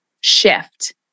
shift